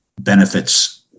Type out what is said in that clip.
benefits